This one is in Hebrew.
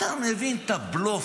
אתה מבין את הבלוף?